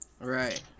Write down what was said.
right